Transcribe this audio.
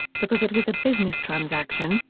because it was a business transaction,